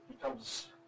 becomes